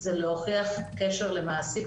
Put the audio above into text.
זה למצוא קשר למעסיק,